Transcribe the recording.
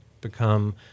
become